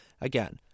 again